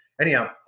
Anyhow